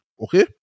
Okay